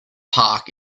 park